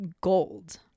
gold